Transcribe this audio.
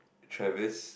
Trivers